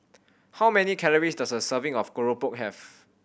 how many calories does a serving of keropok have